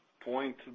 point